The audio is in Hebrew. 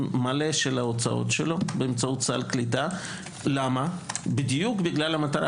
מלא של ההוצאות שלו באמצעות סל קליטה בדיוק לשם כך